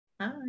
hi